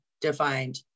defined